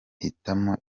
hitamo